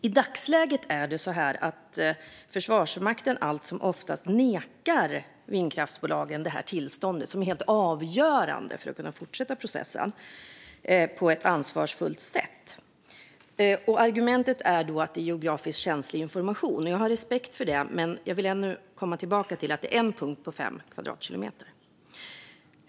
I dagsläget nekar Försvarsmakten allt som oftast vindkraftsbolagen tillståndet, som är helt avgörande för att kunna fortsätta processen på ett ansvarsfullt sätt. Argumentet är att det är geografiskt känslig information. Jag har respekt för det. Men jag vill ändå komma tillbaka till att det är en punkt på fem kvadratkilometer.